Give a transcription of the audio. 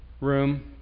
room